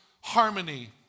harmony